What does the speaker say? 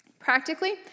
Practically